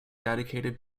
dedicated